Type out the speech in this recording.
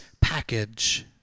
package